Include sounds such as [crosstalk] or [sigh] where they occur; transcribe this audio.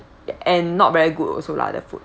[noise] and not very good also lah the food